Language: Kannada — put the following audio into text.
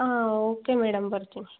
ಹಾಂ ಓಕೆ ಮೇಡಮ್ ಬರ್ತೀನಿ